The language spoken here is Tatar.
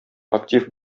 актив